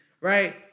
Right